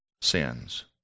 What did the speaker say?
sins